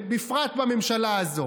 בפרט בממשלה הזאת,